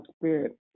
spirit